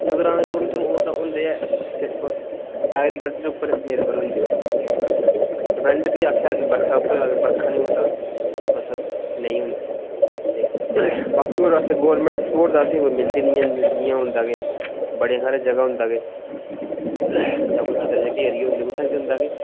ते ग्रांऽ दे लोक ओह् सिर्फ होंदे गै एग्रीकल्टर पर निर्भर होंदे ओह् ते डिपेंड बी बर्खा उप्पर गैै अगर बर्खा निं होऐ तां फसल नेईं होंदी ते बाकी गौरमेंट दा स्पोर्ट असेंगी मिलदी निं ऐ ते जि'यां आक्खो कोई बड़े सारें जगह होंदा ते जां अंदर जेह्के एरिया होंदे उत्थै केह् होंदा के